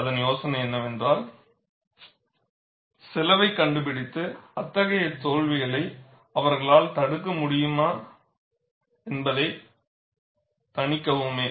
அதன் யோசனை என்னவென்றால் செலவைக் கண்டுபிடித்து அத்தகைய தோல்விகளை அவர்களால் தடுக்க முடியுமா என்பதைத் தணிக்கவுமே